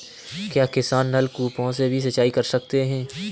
क्या किसान नल कूपों से भी सिंचाई कर सकते हैं?